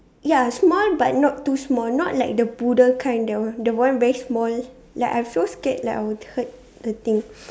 ya small but not too small not like the poodle kind that one that one very small like I'm so scared like I will hurt the thing